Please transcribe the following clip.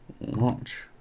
Launch